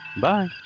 bye